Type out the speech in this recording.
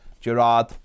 Gerard